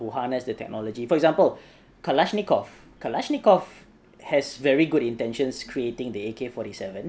who harnessed the technology for example kalashnikov kalashnikov has very good intentions creating the A_K forty seven